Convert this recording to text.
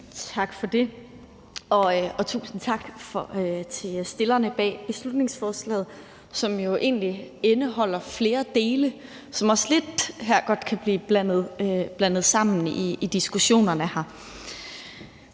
Tak for det, og tusind tak til stillerne bag beslutningsforslaget, som jo egentlig indeholder flere dele, som også her godt kan blive blandet lidt sammen i diskussionerne her.